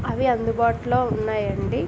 అవి అందుబాటులో ఉన్నాయి అండి